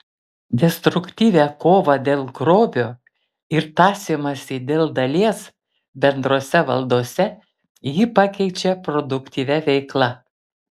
destruktyvią kovą dėl grobio ir tąsymąsi dėl dalies bendrose valdose ji pakeičia produktyvia veikla